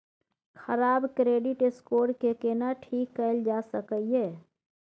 खराब credit score के केना ठीक कैल जा सकै ये?